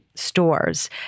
Stores